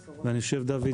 דוד,